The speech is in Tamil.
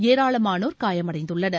ஏராளமானோர் காயமடைந்துள்ளனர்